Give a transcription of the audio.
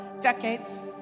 decades